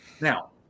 Now